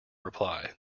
reply